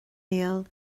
níl